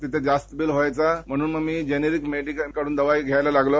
तीथं जास्त बिल व्हायचे म्हणून मी जेनेरिक मेडिकल मधून औषधे घ्यायला लागलो